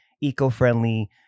eco-friendly